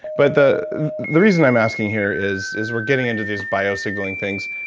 but the the reason i'm asking here is is we're getting into these bio signaling things.